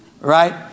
right